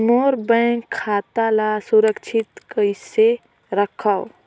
मोर bank खाता ला सुरक्षित कइसे रखव?